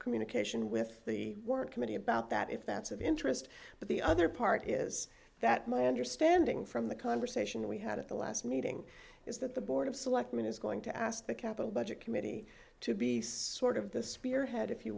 communication with the work committee about that if that's of interest but the other part is that my understanding from the conversation we had at the last meeting is that the board of selectmen is going to ask the capital budget committee to be sort of the spearhead if you